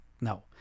No